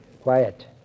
Quiet